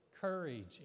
courage